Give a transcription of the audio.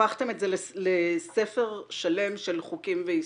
הפכתם את זה לספר שלם של חוקים ואיסורים?